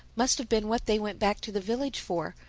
must have been what they went back to the village for,